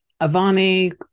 Avani